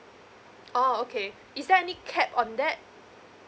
oh okay is there any cap on that